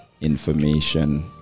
information